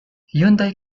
hyundai